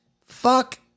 Fuck